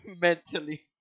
mentally